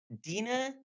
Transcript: Dina